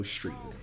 Street